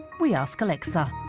we ask alexa?